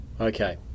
okay